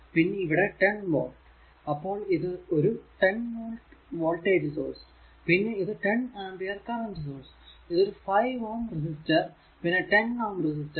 പിന്നെ ഇവിടെ 10 വോൾട് അപ്പോൾ ഇത് ഒരു 10 വോൾട് വോൾടേജ് സോഴ്സ് പിന്നെ ഇത് 10 ആംപിയർ കറന്റ് സോഴ്സ് ഇത് ഒരു 5 Ω റെസിസ്റ്റർ പിന്നെ 10 Ω റെസിസ്റ്റർ